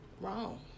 wrong